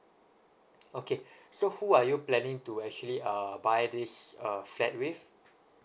okay so who are you planning to actually uh buy this uh flat with